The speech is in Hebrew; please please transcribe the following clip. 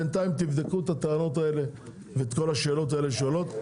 בינתיים תבדקו את הטענות האלה ואת כל השאלות האלה שעולות,